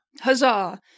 Huzzah